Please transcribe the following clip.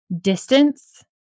distance